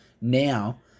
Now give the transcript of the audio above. Now